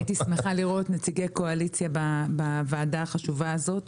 הייתי שמחה לראות נציגי קואליציה בוועדה החשובה הזו.